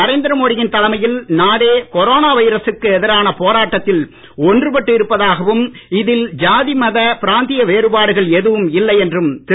நரேந்திர மோடியின் தலைமையில் நாடே கொரோனா வைரசுக்கு எதிரான போராட்டத்தில் ஒன்று பட்டு இருப்பதாகவும் இதில் ஜாதி மத பிராந்திய வேறுபாடுகள் எதுவும் இல்லை என்றும் திரு